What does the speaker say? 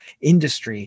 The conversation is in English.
industry